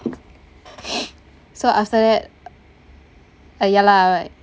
so after that uh ya lah